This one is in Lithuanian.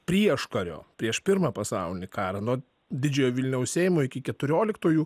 prieškario prieš pirmą pasaulinį karą nuo didžiojo vilniaus seimo iki keturioliktųjų